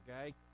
okay